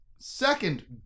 Second